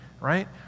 right